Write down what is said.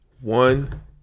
one